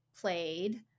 played